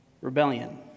Rebellion